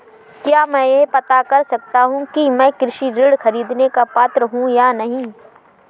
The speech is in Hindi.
क्या मैं यह पता कर सकता हूँ कि मैं कृषि ऋण ख़रीदने का पात्र हूँ या नहीं?